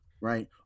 Right